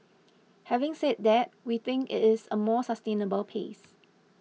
having said that we think it is a more sustainable pace